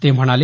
ते म्हणाले